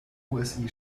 osi